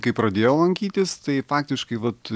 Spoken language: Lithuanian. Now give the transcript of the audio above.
kai pradėjau lankytis tai faktiškai vat